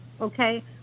okay